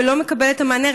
ולא מקבל את המענה.